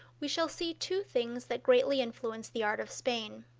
we shall see two things that greatly influenced the art of spain.